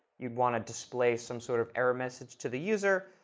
you'd want to display some sort of error message to the user,